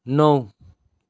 नौ